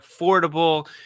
affordable